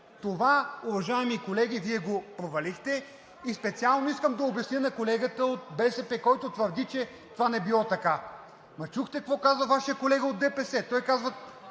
Това, уважаеми колеги, Вие го провалихте и специално искам да обясня на колегата от БСП, който твърди, че това не било така. Чухте какво каза Вашият колега от ДПС. Той каза: